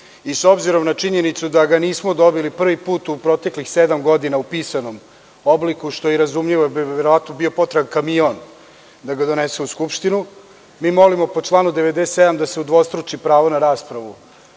i s obzirom na činjenicu da ga nismo dobili prvi put u proteklih sedam godina u pisanom obliku, što je i razumljivo, jer bi verovatno potreban kamion da ga donese u Skupštinu, mi molimo, po članu 97, da se udvostruči pravo na raspravu